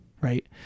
Right